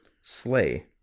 Slay